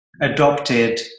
adopted